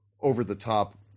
over-the-top